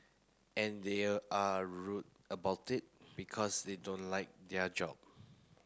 and there are rude about it because they don't like their job